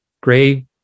gray